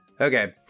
Okay